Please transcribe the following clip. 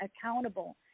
accountable